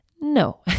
No